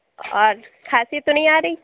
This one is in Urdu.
اور کھانسی تو نہیں آ رہی